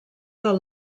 del